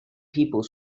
people